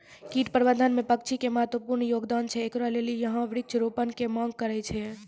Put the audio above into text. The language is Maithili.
कीट प्रबंधन मे पक्षी के महत्वपूर्ण योगदान छैय, इकरे लेली यहाँ वृक्ष रोपण के मांग करेय छैय?